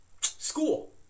school